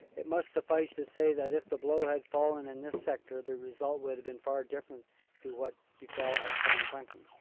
it must suffice to say that if the blow had fallen in this sector the result would have been far different to what befell at st. quentin.